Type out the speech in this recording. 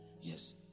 Yes